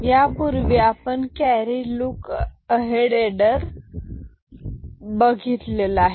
यापूर्वी आपण carry look ahead adder बघितलेला आहे